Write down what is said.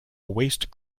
waste